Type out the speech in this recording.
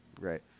Right